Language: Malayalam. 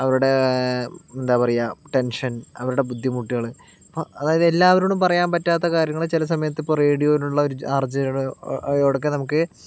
അവരുടെ എന്താ പറയുകാ ടെൻഷൻ അവരുടെ ബുദ്ധിമുട്ടുകൾ അപ്പോൾ അതായത് എല്ലാവരോടും പറയാൻ പറ്റാത്ത കാര്യങ്ങൾ ചില സമയത്ത് ഇപ്പോൾ റേഡിയോയിലുള്ള ഒരാർജേയോടോ അവരോടൊക്കെ നമുക്ക്